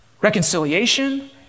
reconciliation